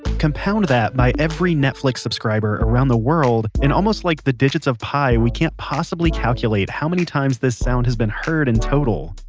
compound that by every netflix subscriber around the world, and almost like the digits of pi we can't possibly calculate how many times this sound has been heard in total.